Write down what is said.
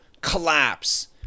collapse